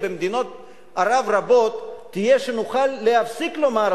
במדינות ערב רבות תהיה שנוכל להפסיק לומר,